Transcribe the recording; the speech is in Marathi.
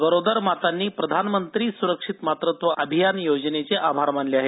गरोदर मातांनी प्रधानमंत्री सुरक्षित मातृत्व योजनेचे आभार मानले आहेत